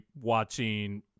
watching